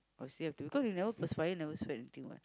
but still have to because you never perspire never sweat anything what